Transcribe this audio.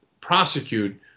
prosecute